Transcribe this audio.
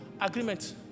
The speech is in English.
agreement